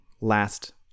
last